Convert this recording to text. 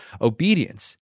obedience